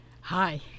Hi